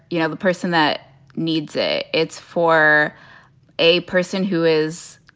you know, the person that needs a it's for a person who is,